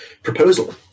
Proposal